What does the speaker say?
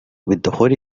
بالدخول